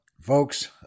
folks